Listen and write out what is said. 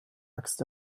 axt